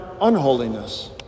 unholiness